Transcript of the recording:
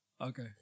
Okay